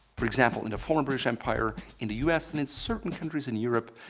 for example, in the former british empire in the us and in certain countries in europe,